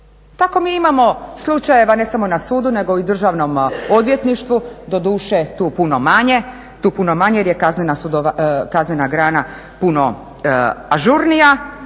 Tako mi imamo slučajeva ne samo na sudu nego i u Državnom odvjetništvu, doduše tu puno manje jer je kaznena grana puno ažurnija,